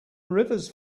rivers